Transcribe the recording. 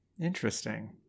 Interesting